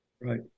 Right